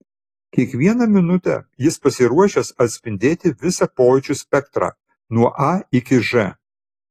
kiekvieną minutę jis pasiruošęs atspindėti visą pojūčių spektrą nuo a iki ž